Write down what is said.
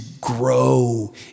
grow